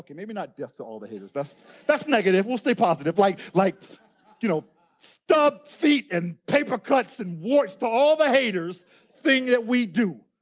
ah maybe not death to all the haters, that's that's negative. we'll stay positive, like like you know stubbed feet and paper cuts and warts to all the haters thing that we do,